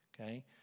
okay